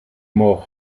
morts